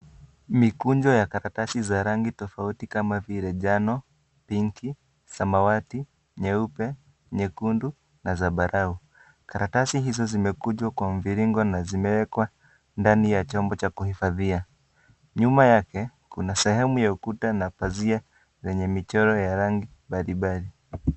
Mikunjo ya karatasi za rangi tofauti kama vile njano, pinki, samawati, nyeupe, nyekundu na zambarau. Karatasi hizo zimekujwa kwa mviringo na zimewekwa ndani ya chombo cha kuhifadhia. Nyuma yake kuna sehemu ya ukuta na pazia zenye michoro ya rangi mbalimbali.